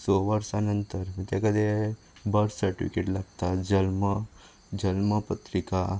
स वर्सा नंतर तेका ते बर्थ सर्टीफिकेट लागता जल्म जल्म पत्रिका